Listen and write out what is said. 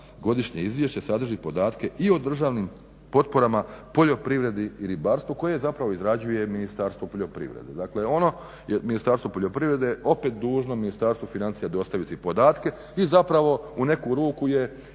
godišnje izvješće sadrži podatke i o državnim potporama poljoprivredi i ribarstvu, koje zapravo izrađuje Ministarstvo poljoprivrede. Dakle, Ministarstvo poljoprivrede je opet dužno Ministarstvu financija dostaviti podatke i zapravo u neku ruku je